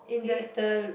he is the